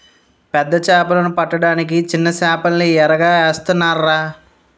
పెద్ద సేపలు పడ్డానికి సిన్న సేపల్ని ఎరగా ఏత్తనాన్రా